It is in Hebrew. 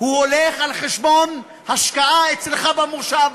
הולך על חשבון השקעה אצלך במושב,